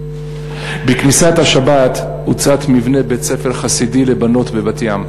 בכניסת השבת הוצת מבנה בית-ספר חסידי לבנות בבת-ים.